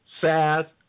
sad